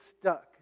stuck